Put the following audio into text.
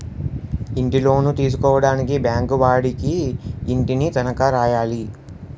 ఇంటిలోను తీసుకోవడానికి బ్యాంకు వాడికి ఇంటిని తనఖా రాయాలి